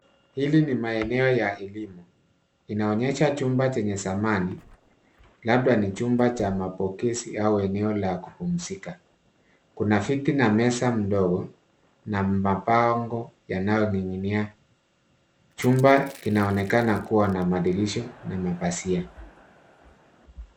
Hili ni maeneo ya elimu . Inaonyesha chumba chenye samani , labda ni chumba cha mapokezi au eneo la kupumzika. Kuna viti na meza mdogo, na mabao yanayoning'inia. Chumba kinaonekana kuwa na madirisha na mapazia.